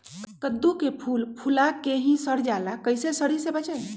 कददु के फूल फुला के ही सर जाला कइसे सरी से बचाई?